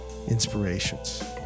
inspirations